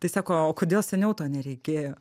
tai sako o kodėl seniau to nereikėjo